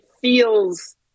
feels